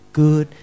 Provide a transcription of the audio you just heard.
good